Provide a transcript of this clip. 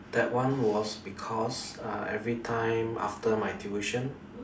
that one was because uh everytime after my tuition